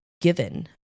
given